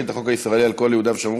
את החוק הישראלי על כל יהודה ושומרון,